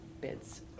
bids